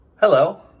Hello